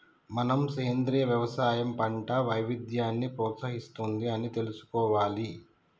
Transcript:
మనం సెంద్రీయ యవసాయం పంట వైవిధ్యాన్ని ప్రోత్సహిస్తుంది అని తెలుసుకోవాలి